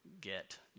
get